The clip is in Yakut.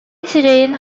сирэйин